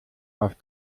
auf